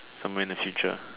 somewhere in the future